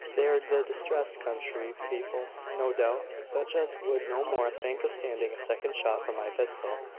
they are the distressed country people, no doubt such as would no more think of standing a second shot from my pistol,